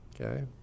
Okay